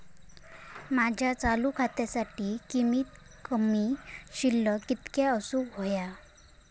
माझ्या चालू खात्यासाठी कमित कमी शिल्लक कितक्या असूक होया?